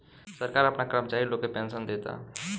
सरकार आपना कर्मचारी लोग के पेनसन देता